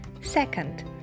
second